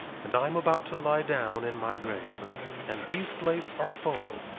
and i am about to lie down in my grave and these plates are full.